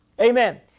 Amen